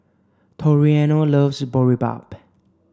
Toriano loves Boribap